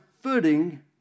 footing